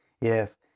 Yes